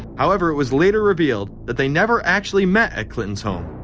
however, it was later revealed that they never actually met at clinton's home.